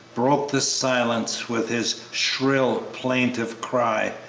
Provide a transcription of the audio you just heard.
broke the silence with his shrill, plaintive cry,